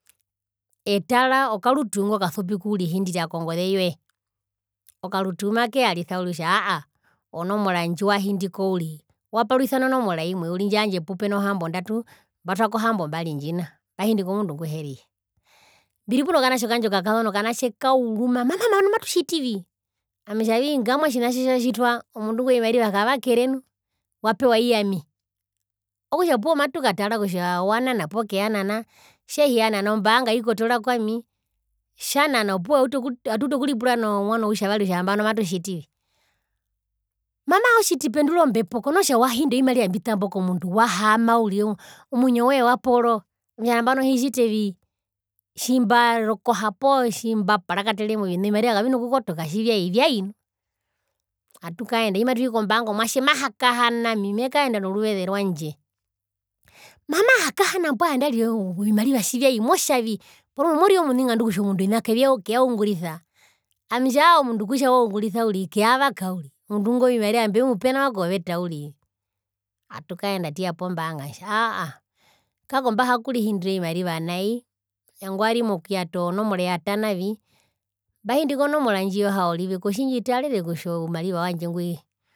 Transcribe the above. Etara okarutuu ingo kasupi kurihindira kongoze yoye okarutuu makeyarisa uriri kokutja aahaa onomora ndjiwahindiko uriri waparwisa nonomera imwe indjo yandje pupeno hambondatu mbatwako hambombari ndjina mbahindi komundu nguheriye mbiri puno kanatje kandje okakazona okanatje kauruma mama nambano matutjitivi ami etjavi ngamwa tjina tjitjatjitwa omundu ovimariva kavakere nu wapewa iyami okutja opuwo matukatara kutja wanana poo keyanana tjehiyanana ombaanga aikotoora kwami tjanana opuwo autu atutu okuripura nomwano outjavari kutja nambano matutjitivi. Mama otjiti pendura ombepo konoo tja wahindi ovimariva mbitambo komundu wahaama uriri omwinyo woye waporo ami etja nambano hitjitevi tjimbarokoha poo tjimbaparakatere movina ovimariva kavina kukotoka tjivyai vyai nu, tjimatwii kombaanga omwatje mahakahana ami mekaenda noruveze rwandje mama hakahana mbwae andarire ovimariva tjivyai motjavi porumwe morire omuningandu kutja ovina keyaungurisa ami etja aaahaa omundu kutja waungurisa uriri keyavaka uri omundo vimariva mbemupe nawa koveta uriri atukaenda atuya pombaanga atja aaahaa kako mbahara okurihindira ovimariva nai nangwari mokuyata ozonomora eyata navi mbahindi konomora ndji yohaorive kotjindjitarere kutja oumariva wandje ngwi